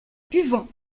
buvons